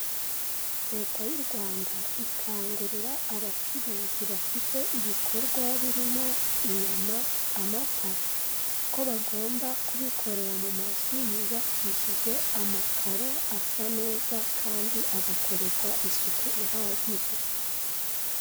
Leta y'u Rwanda ikangurira abacuruzi bafite ibikorwa birimo inyama, amata, ko bagomba kubikorera mu mazu yubakishije amakaro asa neza kandi agakorerwa isuku ihagije.